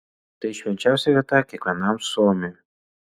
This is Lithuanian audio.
tai švenčiausia vieta kiekvienam suomiui